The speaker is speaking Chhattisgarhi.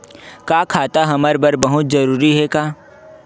का खाता हमर बर बहुत जरूरी हे का?